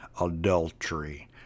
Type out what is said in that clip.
adultery